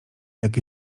jak